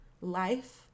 life